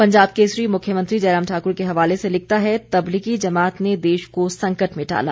पंजाब केसरी मुख्यमंत्री जयराम ठाकुर के हवाले से लिखता है तबलीगी जमात ने देश को संकट में डाला